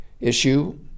issue